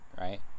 right